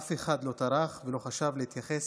אף אחד לא טרח ולא חשב להתייחס,